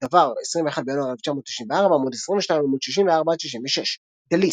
דבר, 21 בינואר 1994, עמ' 22, עמ' 64–66) דליס.